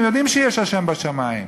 הם יודעים שיש ה' בשמים.